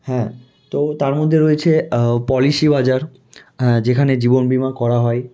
হ্যাঁ তো তার মধ্যে রয়েছে পলিসি বাজার হ্যাঁ যেখানে জীবন বিমা করা হয়